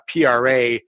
PRA